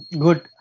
good